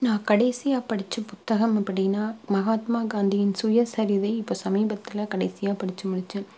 நான் கடைசியாக படித்த புத்தகம் அப்படினா மகாத்மா காந்தியின் சுயசரிதை இப்போது சமீபத்தில் கடைசியாக படித்து முடித்தேன்